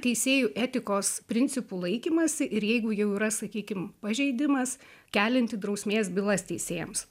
teisėjų etikos principų laikymąsi ir jeigu jau yra sakykim pažeidimas kelianti drausmės bylas teisėjams